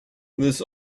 this